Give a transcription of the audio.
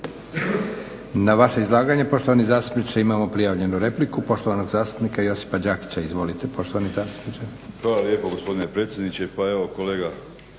Na vaše izlaganje poštovani zastupniče imamo prijavljenu repliku poštovanog zastupnika Josipa Đakića. Izvolite. **Đakić, Josip (HDZ)** Hvala lijepo gospodine predsjedniče. Pa evo kolega